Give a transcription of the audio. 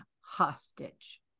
hostage